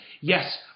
Yes